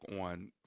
on